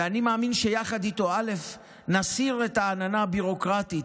ואני מאמין שיחד איתו נסיר את העננה הביורוקרטית.